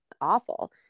awful